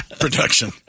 production